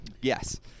Yes